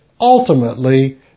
ultimately